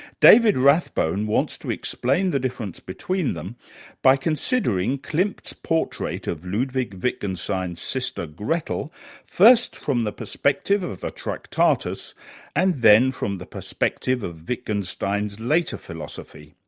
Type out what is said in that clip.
david rathbone wants to explain the difference between them by considering klimt's portrait of ludwig wittgenstein's sister gretl first from the perspective of the tractatus and then from the perspective of wittgenstein's later philosophy.